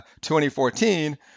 2014